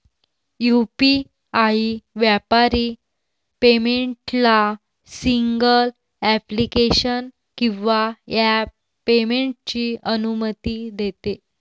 UPI व्यापारी पेमेंटला single application किंवा ॲप पेमेंटची अनुमती देते